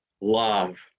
love